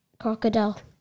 crocodile